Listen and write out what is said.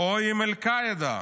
או עם אל-קאעידה.